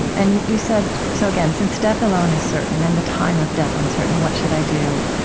and and you you said so, again, since death alone is certain, and the time of death uncertain, what should i do?